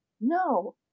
No